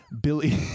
Billy